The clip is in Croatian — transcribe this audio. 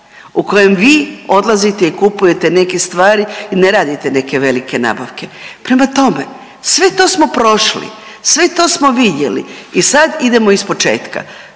u kojem vi odlazite i kupujete neke stvari i ne radite neke velike nabavke. Prema tome, sve to smo prošli, sve to smo vidjeli i sad idemo iz početka.